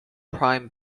prime